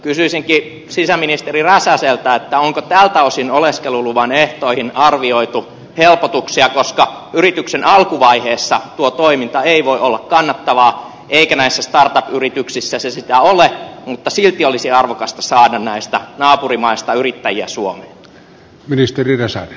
kysyisinkin sisäministeri räsäseltä onko tältä osin oleskeluluvan ehtoihin arvioitu helpotuksia koska yrityksen alkuvaiheessa tuo toiminta ei voi olla kannattavaa eikä näissä startup yrityksissä se sitä ole mutta silti olisi arvokasta saada näistä naapurimaista yrittäjiä suomeen